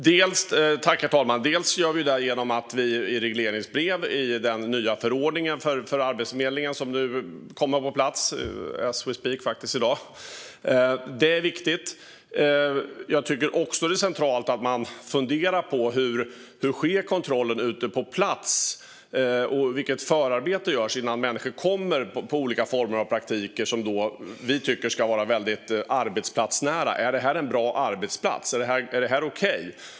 Herr talman! Det gör vi i regleringsbrevet i den nya förordningen för Arbetsförmedlingen som nu kommer på plats, faktiskt i dag. Det är viktigt. Det är också centralt att fundera på hur kontrollen sker på plats, alltså vilket förarbete som görs innan människor kommer ut på olika former av praktik som vi tycker ska vara väldigt arbetsplatsnära. Är det här en bra arbetsplats? Är det här okej?